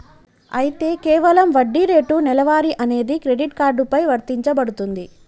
అయితే కేవలం వడ్డీ రేటు నెలవారీ అనేది క్రెడిట్ కార్డు పై వర్తించబడుతుంది